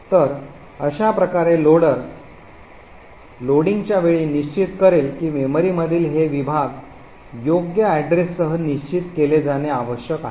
तर अशा प्रकारे लोडर लोडिंगच्या वेळी निश्चित करेल की मेमरीमधील हे विभाग योग्य पत्त्या सह निश्चित केले जाणे आवश्यक आहे